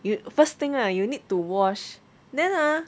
you the first thing ah you need to wash then ah